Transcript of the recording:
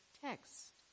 text